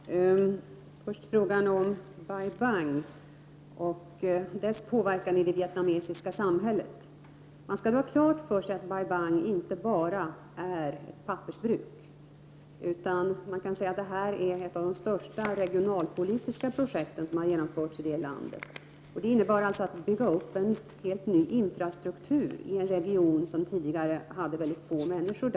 Fru talman! Först frågan om Bai Bang och dess inverkan på det vietnamesiska samhället. Man skall ha klart för sig att Bai Bang inte bara är ett pappersbruk. Man kan säga att Bai Bang-projektet är ett av de största regionalpolitiska projekt som har genomförts i Vietnam. Det innebar att bygga upp en helt ny infrastruktur i en region som tidigare hade mycket få människor.